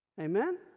Amen